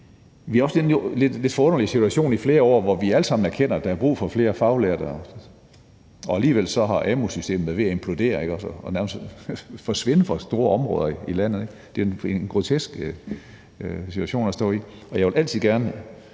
år været i den lidt underlige situation, at vi alle sammen erkender, at der er brug for flere faglærte, og alligevel har amu-systemet været ved at implodere og nærmest forsvinde fra store områder i landet. Det er en grotesk situation at stå i. Jeg vil altid gerne